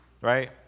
Right